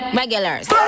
regulars